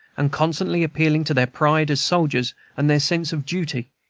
and constantly appealing to their pride as soldiers and their sense of duty,